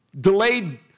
delayed